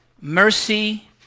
mercy